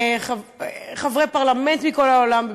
חברי פרלמנט מכל העולם,